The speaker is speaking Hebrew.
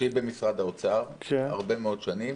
שהיא במשרד האוצר הרבה מאוד שנים.